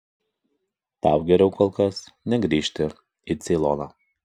tau geriau kol kas negrįžti į ceiloną